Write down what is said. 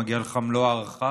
מגיעה לך מלוא ההערכה.